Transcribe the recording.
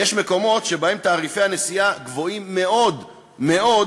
יש מקומות שבהם תעריפי הנסיעה גבוהים מאוד מאוד,